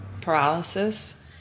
paralysis